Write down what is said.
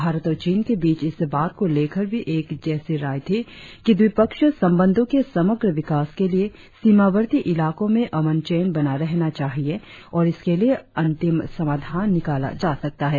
भारत और चीन के बीच इस बात को लेकर भी एक जैसी राय थी कि द्विपक्षीय संबंधों के समग्र विकास के लिए सीमावर्ती इलाकों में अमन चैन बना रहना चाहिए और इसके लिएं अंतिम सामाधान निकाला जा सकता है